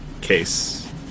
case